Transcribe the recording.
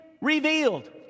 revealed